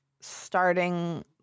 starting